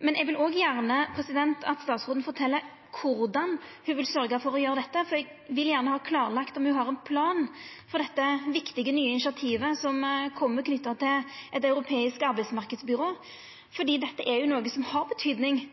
Eg vil òg at statsråden fortel korleis ho vil sørgja for å gjera dette, for eg vil gjerne ha klarlagt om ho har ein plan for dette viktige nye initiativet som kjem, knytt til eit europeisk arbeidsmarknadsbyrå. For dette er noko som har